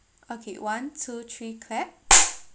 okay one two three clap